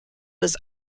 was